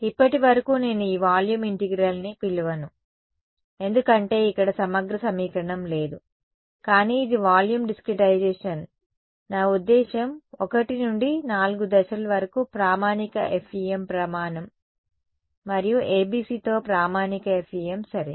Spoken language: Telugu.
ఇప్పటివరకు నేను ఈ వాల్యూమ్ ఇంటిగ్రల్ ని పిలవను ఎందుకంటే ఇక్కడ సమగ్ర సమీకరణం లేదు కానీ ఇది వాల్యూమ్ డిస్క్రిటైజేషన్ నా ఉద్దేశ్యం 1 నుండి 4 దశలు వరకు ప్రామాణిక FEM ప్రమాణం మరియు ABCతో ప్రామాణిక FEM సరే